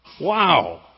Wow